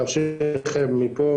שאותם אנשים שהתאשפזו לקחו